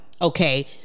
Okay